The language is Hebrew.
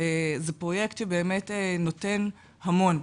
זה פרויקט שבאמת נותן המון.